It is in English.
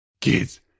Kids